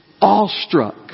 awestruck